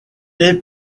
est